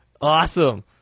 Awesome